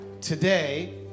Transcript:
Today